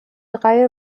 reihe